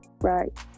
right